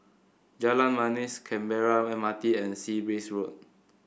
Jalan Manis Canberra M R T and Sea Breeze Road